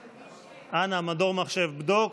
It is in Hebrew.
אנא, מדור מחשב, בדוק.